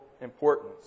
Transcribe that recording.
importance